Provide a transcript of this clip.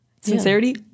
Sincerity